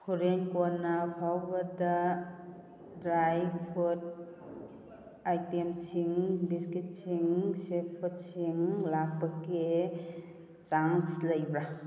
ꯍꯣꯔꯦꯟ ꯀꯣꯟꯅ ꯐꯥꯎꯕꯗ ꯗ꯭ꯔꯥꯏ ꯐꯨꯠ ꯑꯥꯏꯇꯦꯝꯁꯤꯡ ꯕꯤꯁꯀꯤꯠꯁꯤꯡ ꯁꯤꯐꯣꯗꯁꯤꯡ ꯂꯥꯛꯄꯒꯤ ꯆꯥꯟꯁ ꯂꯩꯕ꯭ꯔꯥ